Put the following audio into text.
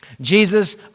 Jesus